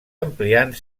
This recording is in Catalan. ampliant